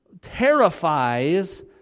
terrifies